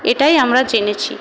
এটাই আমরা জেনেছি